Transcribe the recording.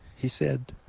he said,